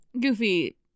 Goofy